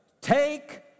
take